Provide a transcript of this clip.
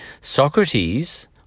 Socrates